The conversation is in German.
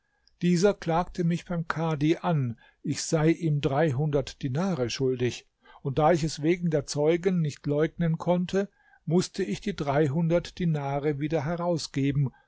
dieser klagte mich beim kadhi an ich sei ihm dreihundert dinare schuldig und da ich es wegen der zeugen nicht leugnen konnte mußte ich die dreihundert dinare wieder herausgeben